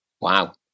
Wow